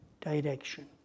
direction